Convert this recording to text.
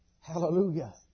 Hallelujah